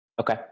Okay